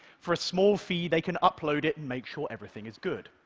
for a small fee, they can upload it and make sure everything is good.